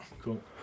Cool